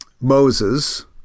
Moses